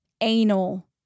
anal